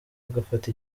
agafata